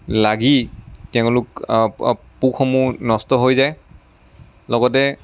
লাগি তেওঁলোক পোকসমূহ নষ্ট হৈ যায় লগতে